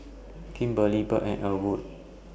Kimberlie Birt and Elwood